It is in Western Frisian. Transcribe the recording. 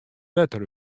wetter